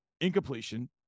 incompletion